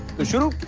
the truth.